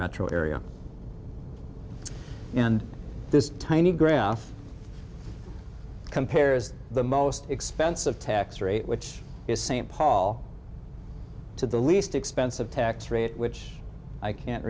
metro area and this tiny graph compares the most expensive tax rate which is st paul to the least expensive tax rate which i can't